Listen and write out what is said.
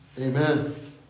Amen